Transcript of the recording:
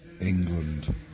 England